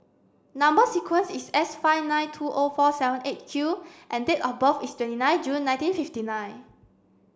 number sequence is S five nine two O four seven eight Q and date of birth is twenty nine June nineteen fifty nine